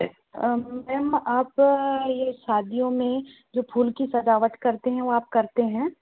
ma'am आप ये शादियों में जो फूल की सजावट करते हैं वो आप करते हैं